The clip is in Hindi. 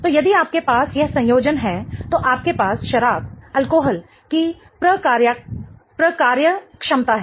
तो यदि आपके पास यह संयोजन है तो आपके पास शराब अल्कोहल की प्रकार्यक्षमता है